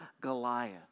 Goliath